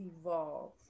evolve